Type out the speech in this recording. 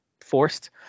forced